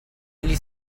gli